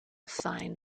sine